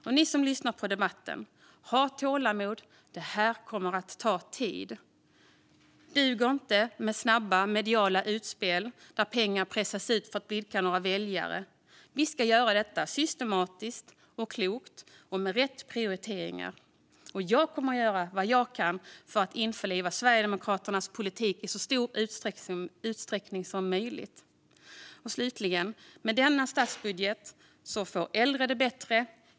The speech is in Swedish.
Till er som lyssnar på debatten vill jag säga: Ha tålamod - det här kommer att ta tid. Det duger inte med snabba mediala utspel där pengar pressas ut för att blidka några väljare. Vi ska göra detta systematiskt och klokt och med rätt prioriteringar. Jag kommer att göra vad jag kan för att införliva Sverigedemokraternas politik i så stor utsträckning som möjligt. Äldre får det bättre med denna statsbudget.